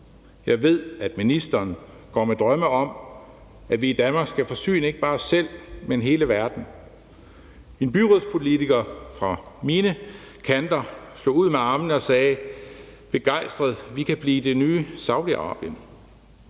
Jeg ved, at ministeren går med drømme om, at vi i Danmark skal forsyne ikke bare selv, men hele verden. En byrådspolitiker fra mine kanter slog ud med armene og sagde begejstret: Vi kan blive det nye Saudi-Arabien.